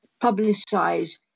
publicize